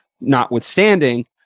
notwithstanding